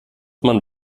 man